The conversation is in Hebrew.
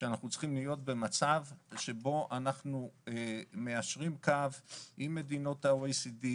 שאנחנו צריכים להיות במצב שבו אנחנו מיישרים קו עם מדינות ה-OECD,